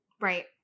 Right